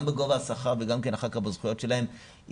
גם בגובה השכר וגם אח"כ בזכויות שלהן.